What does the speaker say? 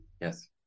Yes